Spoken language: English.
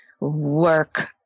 work